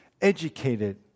educated